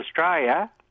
Australia